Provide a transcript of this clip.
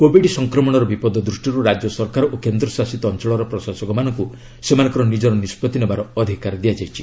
Covid ସଫ୍ରକ୍ରମଣର ବିପଦ ଦୃଷ୍ଟିରୁ ରାଜ୍ୟ ସରକାର ଓ କେନ୍ଦ୍ର ଶାସିତ ଅଞ୍ଚଳର ପ୍ରଶାସକମାନଙ୍କୁ ସେମାନଙ୍କର ନିଜର ନିଷ୍ପତ୍ତି ନେବାର ଅଧିକାର ଦିଆଯାଇଛି